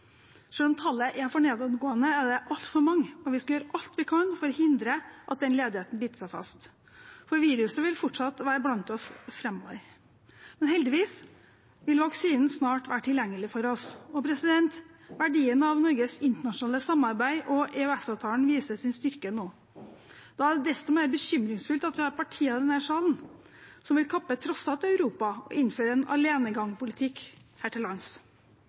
om tallet er nedadgående, er det altfor mange, og vi skal gjøre alt vi kan for å hindre at den ledigheten biter seg fast, for viruset vil fortsatt være blant oss framover. Men heldigvis vil vaksinen snart være tilgjengelig for oss. Verdien av Norges internasjonale samarbeid og EØS-avtalen viser sin styrke nå. Da er det desto mer bekymringsfullt at vi har partier i denne salen som vil kappe trosser til Europa og innføre en alenegangspolitikk her til lands,